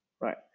right